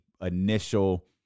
initial